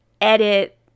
edit